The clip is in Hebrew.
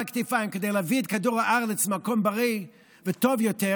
הכתפיים כדי להביא את כדור הארץ למקום בריא וטוב יותר,